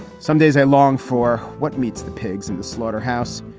some days i long for what meets the pigs in the slaughterhouse.